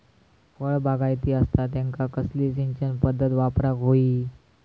फळबागायती असता त्यांका कसली सिंचन पदधत वापराक होई?